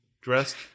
dressed